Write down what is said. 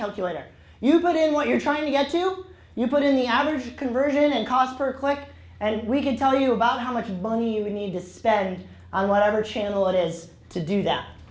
calculator you put in what you're trying to get you you put in the average conversion and cost per click and we could tell you about how much money you need to spend on whatever channel it is to do that